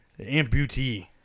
Amputee